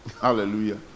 Hallelujah